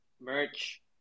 merch